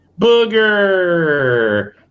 Booger